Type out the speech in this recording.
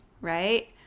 Right